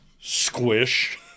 Squish